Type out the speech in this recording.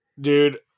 Dude